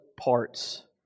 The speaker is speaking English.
parts